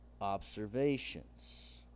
observations